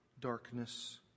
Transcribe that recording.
darkness